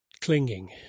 clinging